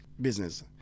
business